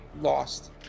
lost